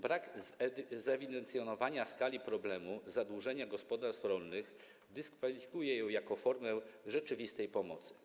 Brak zewidencjonowania skali problemu zadłużenia gospodarstw rolnych dyskwalifikuje ją jako formę rzeczywistej pomocy.